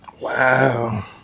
Wow